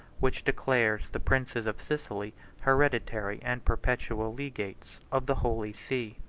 which declares the princes of sicily hereditary and perpetual legates of the holy see.